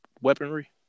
weaponry